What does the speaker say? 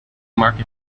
market